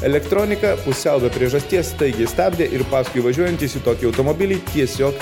elektronika pusiau be priežasties staigiai stabdė ir paskui važiuojantys į tokį automobilį tiesiog